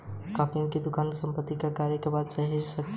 किफ़ायती दुकान परिसंपत्ति का कार्य है जिसे बाद में सहेजा जा सकता है